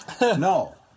no